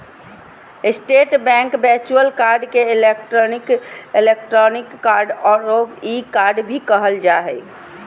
state bank virtual card के electronic card औरो e card भी कहल जा हइ